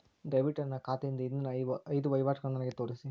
ದಯವಿಟ್ಟು ನನ್ನ ಖಾತೆಯಿಂದ ಹಿಂದಿನ ಐದು ವಹಿವಾಟುಗಳನ್ನು ನನಗೆ ತೋರಿಸಿ